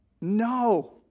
no